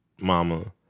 mama